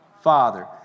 father